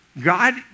God